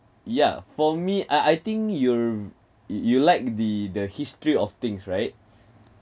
ya for me I I think you're you you like the the history of things right